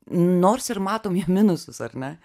nors ir matom jo minusus ar ne